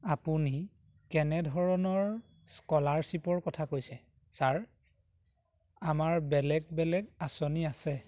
আপুনি কেনেধৰণৰ স্কলাৰশ্বিপৰ কথা কৈছে ছাৰ আমাৰ বেলেগ বেলেগ আঁচনি আছে